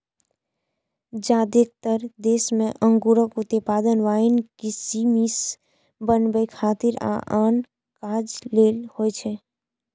जादेतर देश मे अंगूरक उत्पादन वाइन, किशमिश बनबै खातिर आ आन काज लेल होइ छै